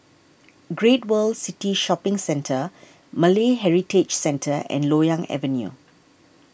Great World City Shopping Centre Malay Heritage Centre and Loyang Avenue